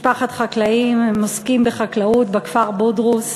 משפחת חקלאים, הם עוסקים בחקלאות בכפר בודרוס.